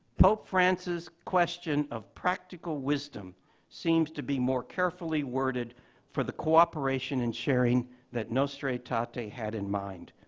pope francis's question of practical wisdom seems to be more carefully worded for the cooperation and sharing that nostra aetate ah aetate had in mind.